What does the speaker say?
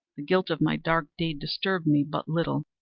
the guilt of my dark deed disturbed me but little.